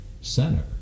center